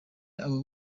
abo